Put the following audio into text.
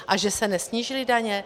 A že se nesnížily daně?